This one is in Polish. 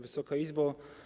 Wysoka Izbo!